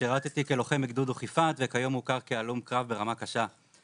שירתי כלוחם בגדוד דוכיפת וכיום מוכר כהלום קרב בצורה קשה.